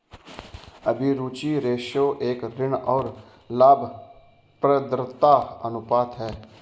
अभिरुचि रेश्यो एक ऋण और लाभप्रदता अनुपात है